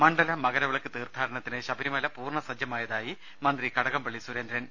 മണ്ഡല മകരവിളക്ക് തീർത്ഥാടനത്തിന് ശബരിമല പൂർണ്ണ സജ്ജമായതായി മന്ത്രി കടകംപള്ളി സുരേന്ദ്രൻ